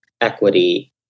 equity